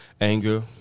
Anger